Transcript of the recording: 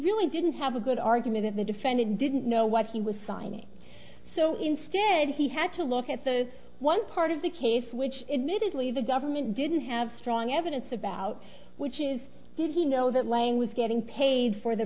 really didn't have a good argument that the defendant didn't know what he was signing so instead he had to look at the one part of the case which immediately the government didn't have strong evidence about which is did he know that lang was getting paid for the